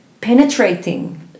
penetrating